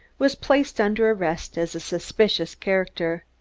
was placed under arrest as a suspicious character.